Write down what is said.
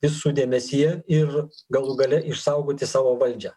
visų dėmesyje ir galų gale išsaugoti savo valdžią